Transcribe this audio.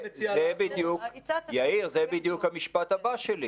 אני אדבר על מדיניות ההתגוננות,